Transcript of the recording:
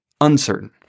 uncertain